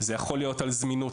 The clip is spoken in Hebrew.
זה יכול להיות על זמינות